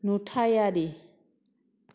नुथायारि